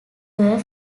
were